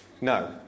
No